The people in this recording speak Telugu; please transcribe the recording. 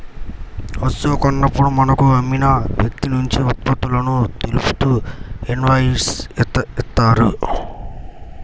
వస్తువు కొన్నప్పుడు మనకు అమ్మిన వ్యక్తినుంచి ఉత్పత్తులను తెలుపుతూ ఇన్వాయిస్ ఇత్తారు